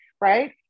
right